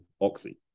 oxy